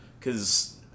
cause